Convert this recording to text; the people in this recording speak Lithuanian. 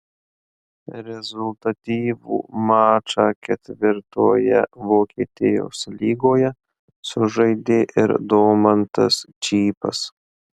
rezultatyvų mačą ketvirtoje vokietijos lygoje sužaidė ir domantas čypas